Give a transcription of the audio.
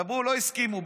דיברו, לא הסכימו.